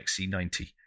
XC90